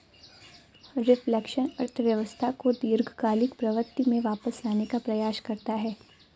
reflection अर्थव्यवस्था को दीर्घकालिक प्रवृत्ति में वापस लाने का प्रयास करता है